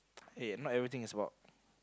eh not everything is about